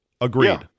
Agreed